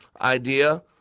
idea